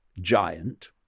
giant